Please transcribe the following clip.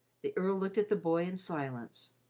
the earl looked at the boy in silence.